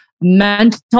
Mental